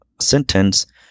sentence